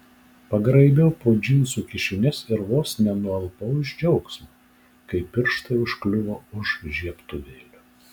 pagraibiau po džinsų kišenes ir vos nenualpau iš džiaugsmo kai pirštai užkliuvo už žiebtuvėlio